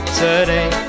today